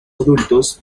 adultos